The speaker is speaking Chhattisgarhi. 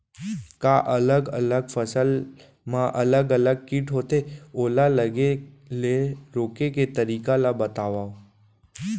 का अलग अलग फसल मा अलग अलग किट होथे, ओला लगे ले रोके के तरीका ला बतावव?